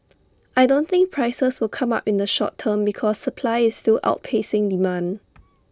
I don't think prices will come up in the short term because supply is still outpacing demand